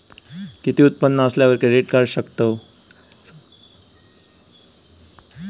किती उत्पन्न असल्यावर क्रेडीट काढू शकतव?